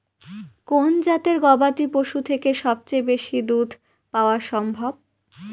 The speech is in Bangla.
কোন জাতের গবাদী পশু থেকে সবচেয়ে বেশি দুধ পাওয়া সম্ভব?